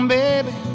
baby